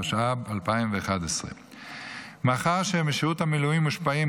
התשע"ב 2011. מאחר שמשירות המילואים מושפעים